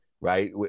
right